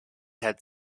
had